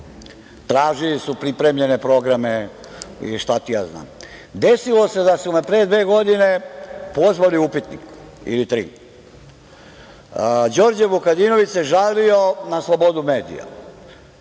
Tražili su pripremljene programe i šta ti ja znam. Desilo se da su me pre dve godine pozvali u „Upitnik“ ili tri. Đorđe Vukadinović se žalio na slobodu medija.